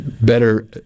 better